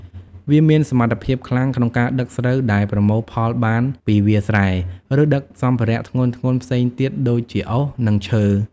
វាមានសមត្ថភាពខ្លាំងក្នុងការដឹកស្រូវដែលប្រមូលផលបានពីវាលស្រែ ឬដឹកសម្ភារៈធ្ងន់ៗផ្សេងទៀតដូចជាអុស និងឈើ។